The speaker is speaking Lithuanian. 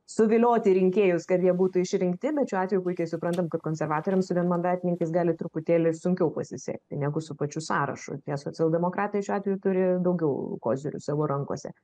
suvilioti rinkėjus kad jie būtų išrinkti bet šiuo atveju puikiai suprantam kad konservatoriam su vienmandatininkais gali truputėlį sunkiau pasisekti jeigu su pačiu sąrašu nes socialdemokratai šiuo atveju turi daugiau kozirių savo rankose